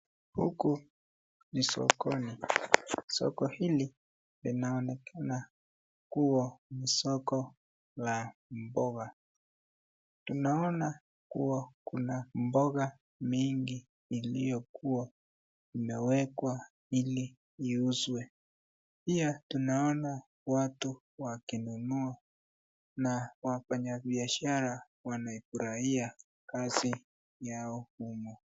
Huku ni sokoni. Soko hili linaonekana kuwa soko la mboga. Naona kuwa kuna mboga mingi iliyokuwa imewekwa ili iuzwe pia tunaona watu wakinunua na wanabiashara wanafurahia kazi yao.